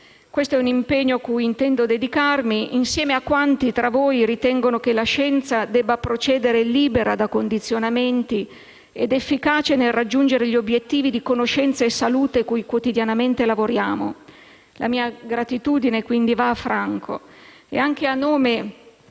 Questo è un impegno cui intendo dedicarmi insieme a quanti tra voi ritengono che la scienza debba procedere libera da condizionamenti ed efficace nel raggiungere gli obiettivi di conoscenza e salute cui quotidianamente lavoriamo. La mia gratitudine quindi va a Franco, anche a nome